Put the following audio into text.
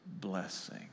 blessing